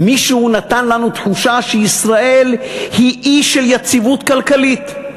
מישהו נתן לנו תחושה שישראל היא אי של יציבות כלכלית,